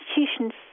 institution's